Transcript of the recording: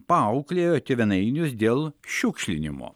paauklėjo tėvynainius dėl šiukšlinimo